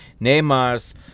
Neymar's